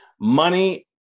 Money